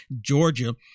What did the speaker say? Georgia